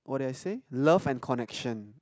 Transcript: what did I say love and connection